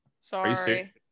sorry